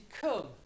come